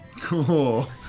Cool